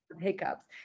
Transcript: hiccups